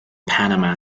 panama